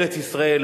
לארץ-ישראל,